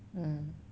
mm